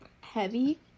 heavy